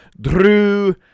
Drew